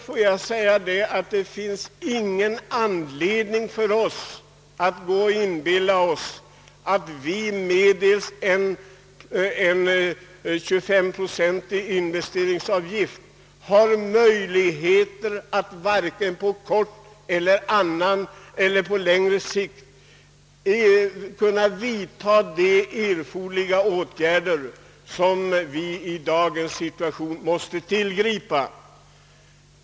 Vi skall inte inbilla oss att vi medelst en 25 procentig investeringsavgift har möjlighet att vare sig på kort eller på längre sikt vidta de åtgärder som vi i dagens situation måste tillgripa.